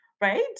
right